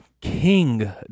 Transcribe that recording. King